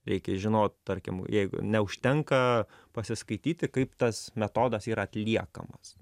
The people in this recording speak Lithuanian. reikia žinot tarkim jeigu neužtenka pasiskaityti kaip tas metodas yra atliekamas